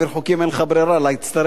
אין לך ברירה אלא להצטרף אלינו.